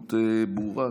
ומדיניות ברורה.